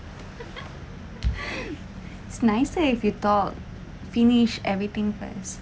it's nicer if you talk finished everything first